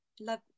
Love